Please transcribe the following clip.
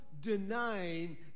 denying